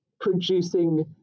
producing